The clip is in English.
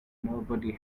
nobody